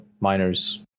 miners